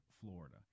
Florida